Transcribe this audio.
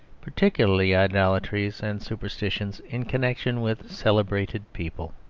particularly idolatries and superstitions in connection with celebrated people.